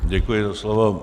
Děkuji za slovo.